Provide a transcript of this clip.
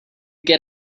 get